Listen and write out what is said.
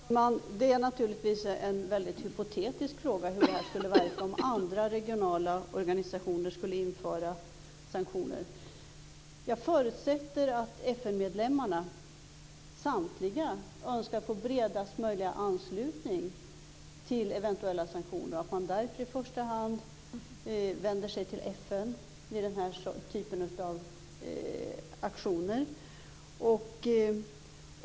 Fru talman! Det är naturligtvis en väldigt hypotetisk fråga hur det här skulle fungera om andra regionala organisationer skulle införa sanktioner. Jag förutsätter att samtliga FN-medlemmar önskar få bredast möjliga anslutning till eventuella sanktioner och att man därför i första hand vänder sig till FN vid den här typen av aktioner.